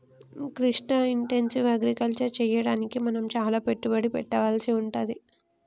Krishna intensive agriculture చెయ్యడానికి మనం చాల పెట్టుబడి పెట్టవలసి వుంటది